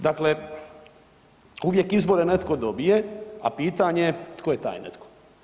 Dakle, uvijek izbore netko dobije, a pitanje tko je taj netko.